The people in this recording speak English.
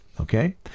Okay